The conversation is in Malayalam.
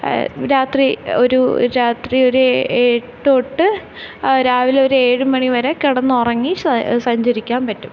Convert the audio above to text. രാത്രി ഒരു രാത്രി ഒരെട്ടു തൊട്ട് രാവിലെ ഒരേഴുമണിവരെ കിടന്നുറങ്ങി സഞ്ചരിക്കാന് പറ്റും